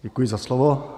Děkuji za slovo.